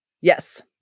Yes